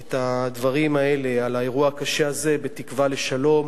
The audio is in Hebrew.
את הדברים האלה על האירוע הקשה הזה בתקווה לשלום,